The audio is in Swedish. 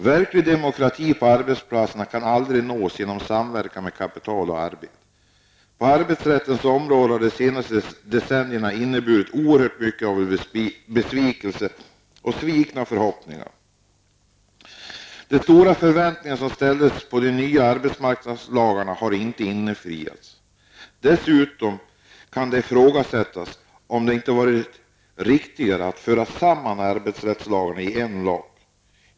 Verklig demokrati på arbetsplatserna kan aldrig uppnås genom samverkan mellan kapital och arbete. De senaste decennierna har, på arbetsrättens område, inneburit oerhört mycket av besvikelse och svikna förhoppningar. De stora förväntningar som ställdes på de nya arbetsmarknadslagarna har inte infriats. Dessutom kan det ifrågasättas om det inte hade varit riktigare att föra samman arbetsrättslagarna i en lag.